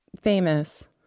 famous